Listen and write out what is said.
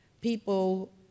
people